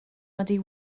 muddy